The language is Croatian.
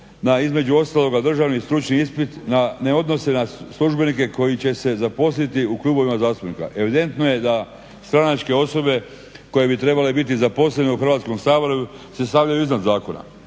na između ostaloga državni stručni ispit, ne odnose na službenike koji će se zaposliti u krugovima zastupnika. Evidentno je da stranačke osobe koje bi trebale biti zaposlene u Hrvatskom saboru se stavljaju iznad zakona.